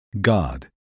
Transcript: God